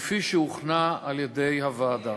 כפי שהוכנה על-ידי הוועדה.